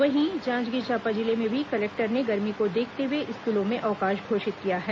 वहीं जांजगीर चांपा जिले में भी कलेक्टर ने गर्मी को देखते हुए स्कूलों में अवकाश घोषित किया है